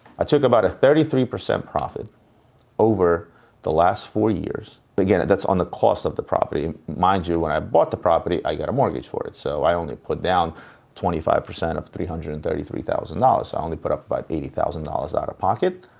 i took about a thirty three percent profit over the last four years. but again, and that's on the cost of the property, and mind you, when i bought the property, i got a mortgage for it, so i only put down twenty five percent of three hundred and thirty three thousand dollars. i only put out about eighty thousand dollars out of pocket.